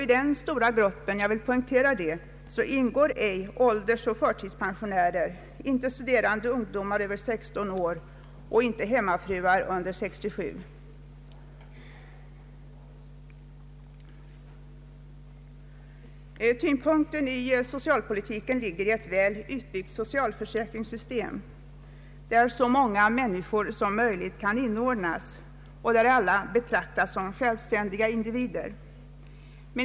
Jag vill poängtera att i denna stora grupp ingår ej åldersoch förtidspensionärer, inte studerande ungdomar över 16 år och inte hemmafruar under 67 år. Tyngdpunkten i socialpolitiken ligger i ett väl utbyggt socialförsäkringssystem där så många människor som möjligt kan inordnas och där alla betraktas som självständiga individer.